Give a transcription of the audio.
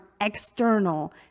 external